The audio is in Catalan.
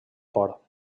por